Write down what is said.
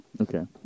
Okay